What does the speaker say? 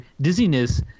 dizziness